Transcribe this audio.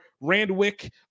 Randwick